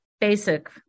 basic